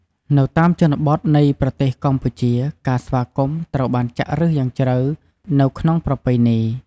នៅតាមជនបទនៃប្រទេសកម្ពុជា ការស្វាគមន៍ត្រូវបានចាក់ឫសយ៉ាងជ្រៅនៅក្នុងប្រពៃណី។